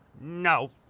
No